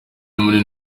munini